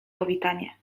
powitanie